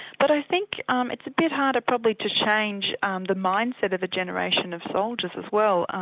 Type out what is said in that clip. but i think um it's a bit harder probably to change um the mindset of a generation of soldiers as well.